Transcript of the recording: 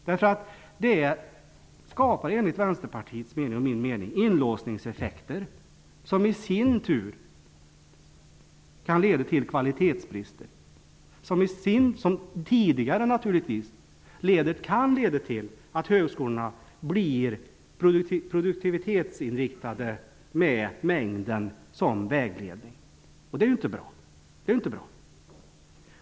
Det skapar enligt Vänsterpartiets mening och min mening inlåsningseffekter, som i sin tur kan leda till kvalitetsbrister, som kan leda till att högskolorna blir produktivitetsinriktade med mängden som vägledning, och det är inte bra.